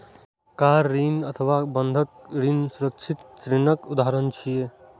car ऋण अथवा बंधक ऋण सुरक्षित ऋणक उदाहरण छियै